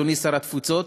אדוני שר התפוצות,